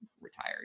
retired